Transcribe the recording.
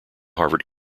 harvard